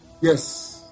Yes